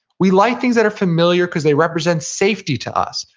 we like things that are familiar because they represent safety to us.